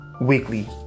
weekly